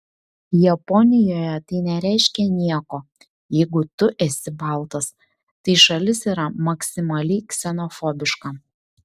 japonijoje tai nereiškia nieko jeigu tu esi baltas tai šalis yra maksimaliai ksenofobiška